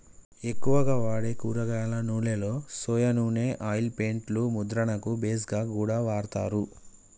ఎక్కువగా వాడే కూరగాయల నూనెలో సొయా నూనె ఆయిల్ పెయింట్ లు ముద్రణకు బేస్ గా కూడా వాడతారు